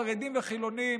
חרדיים וחילוניים.